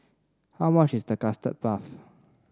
how much is Custard Puff